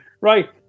Right